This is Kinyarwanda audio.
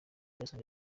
jason